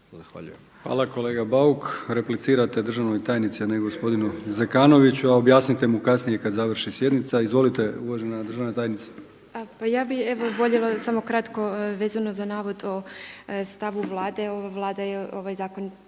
Hvala kolega Bauk. Replicirate državnoj tajnici, a ne gospodinu Zekanoviću, a objasnite mu kasnije kada završi sjednica. Izvolite uvažena državna tajnice. **Pelivan Stipetić, Lidija** Pa ja bi voljela samo kratko vezano za navod o stavu Vlade. Ova Vlada je ovaj zakon